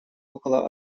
около